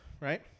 right